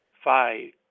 five